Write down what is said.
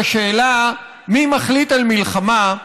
על השאלה מי מחליט על מלחמה,